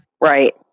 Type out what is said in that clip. Right